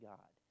God